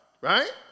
right